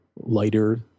lighter